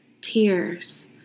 tears